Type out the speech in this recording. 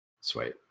sweet